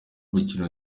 gukina